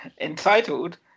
Entitled